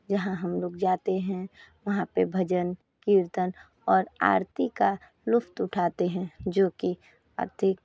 जहाँ हम लोग जाते हैं वहाँ पर भजन कीर्तन और आरती का लुत्फ़ उठाते हैं जो कि अती